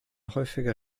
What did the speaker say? häufiger